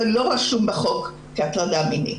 אבל לא רשום בחוק כהטרדה מינית.